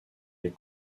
les